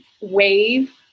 wave